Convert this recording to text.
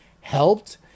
helped